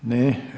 Ne.